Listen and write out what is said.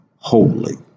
holy